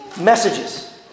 messages